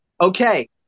okay